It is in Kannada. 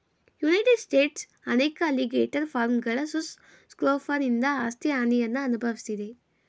ಯುನೈಟೆಡ್ ಸ್ಟೇಟ್ಸ್ನ ಅನೇಕ ಅಲಿಗೇಟರ್ ಫಾರ್ಮ್ಗಳು ಸುಸ್ ಸ್ಕ್ರೋಫನಿಂದ ಆಸ್ತಿ ಹಾನಿಯನ್ನು ಅನ್ಭವ್ಸಿದೆ